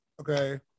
okay